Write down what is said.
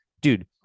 Dude